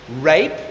rape